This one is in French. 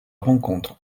rencontre